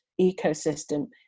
ecosystem